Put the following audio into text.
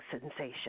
sensation